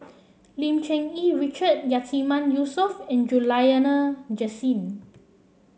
Lim Cherng Yih Richard Yatiman Yusof and Juliana Jasin